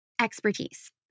expertise